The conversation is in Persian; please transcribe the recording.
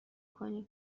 کنی